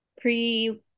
pre